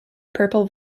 purple